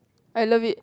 I love it